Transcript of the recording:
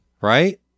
Right